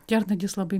kernagis labai